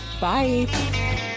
Bye